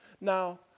Now